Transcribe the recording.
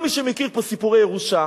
כל מי שמכיר פה סיפורי ירושה